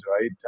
right